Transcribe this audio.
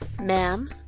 Ma'am